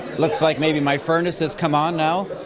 looks like maybe my furnace has come on now,